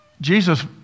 Jesus